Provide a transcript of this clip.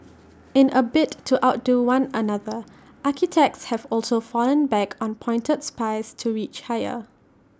in A bid to outdo one another architects have also fallen back on pointed spires to reach higher